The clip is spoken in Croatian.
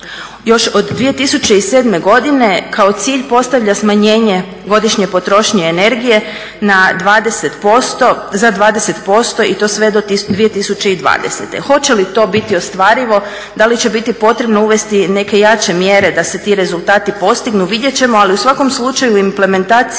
još od 2007.godine kao cilj postavlja smanjenje godišnje potrošnje energije za 20% i to sve do 2020. Hoće li to biti ostvarivo, da li će biti potrebno uvesti neke jače mjere da se ti rezultati postignu vidjet ćemo, ali u svakom slučaju implementacija